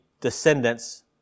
descendants